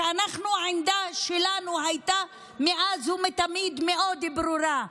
שהעמדה שלנו הייתה מאז ומתמיד מאוד ברורה: